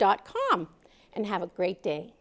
dot com and have a great day